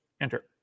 enter